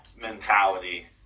mentality